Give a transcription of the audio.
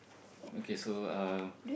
okay so uh